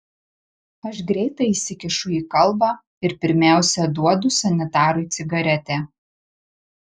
aš greitai įsikišu į kalbą ir pirmiausia duodu sanitarui cigaretę